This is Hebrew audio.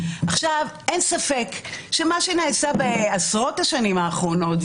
אין ספק שמה שנעשה בעשרות השנים האחרונות,